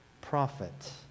prophet